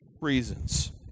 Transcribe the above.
reasons